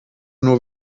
nur